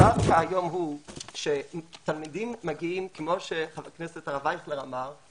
המצב היום הוא שתלמידים מגיעים כמו שחבר הכנסת הרב אייכלר אמר,